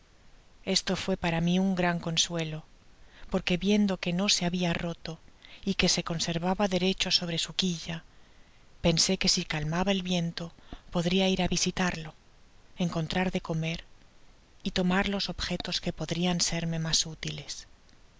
esto fué para mí un gran consuelo porque viendo que na se habia roto y que se conservaba derecho gobre su quilla pensé que si calmaba el viento podria ir á visitarlo encontrar de comer y tomar los objetos que podrian serme mas útiles